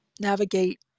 navigate